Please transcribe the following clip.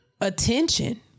attention